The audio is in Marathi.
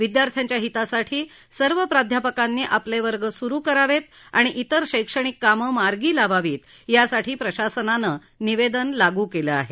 विद्यार्थ्याच्या हितासाठी सर्व प्राध्यपकांनी आपले वर्ग सुरु करावेत आणि तिर शैक्षणिक कामं मार्गी लावावीत यासाठी प्रशासनानं निवेदन लागू केलं आहे